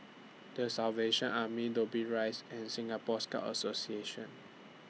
The Salvation Army Dobbie Rise and Singapore Scout Association